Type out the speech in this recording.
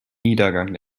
niedergang